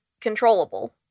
controllable